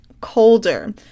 colder